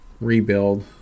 rebuild